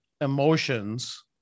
emotions